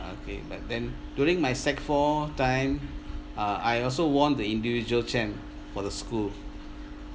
uh okay but then during my sec four time uh I also won the individual champ for the school